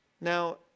Now